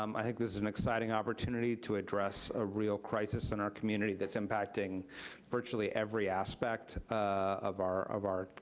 um i think this is an exciting opportunity to address a real crisis in our community that's impacting virtually every aspect ah of our, of our,